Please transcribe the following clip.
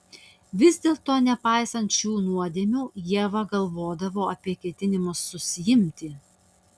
vis dėlto nepaisant šių nuodėmių ieva galvodavo apie ketinimus susiimti